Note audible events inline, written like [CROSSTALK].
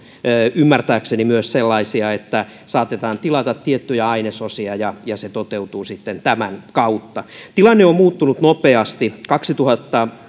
ymmärtääkseni myös sellaisia että saatetaan tilata tiettyjä ainesosia ja ja se toteutuu sitten tämän kautta tilanne on muuttunut nopeasti kaksituhatta [UNINTELLIGIBLE]